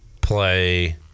play